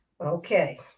Okay